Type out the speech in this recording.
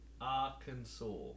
Arkansas